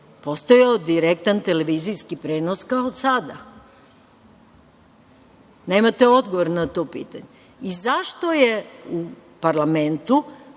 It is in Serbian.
postojao direktan televizijski prenos kao sada? Nemate odgovor na to pitanje.Zašto su u parlamentu,